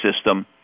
system